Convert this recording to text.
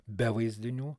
be vaizdinių